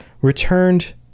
returned